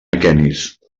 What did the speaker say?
aquenis